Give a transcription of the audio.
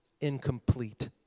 incomplete